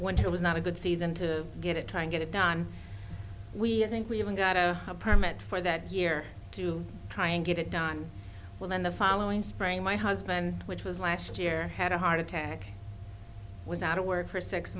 to was not a good season to get it try and get it done we think we even got a permit for that year to try and get it done well then the following spring my husband which was last year had a heart attack was out of work for six